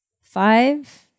five